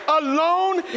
alone